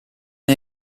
una